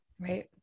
right